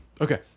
Okay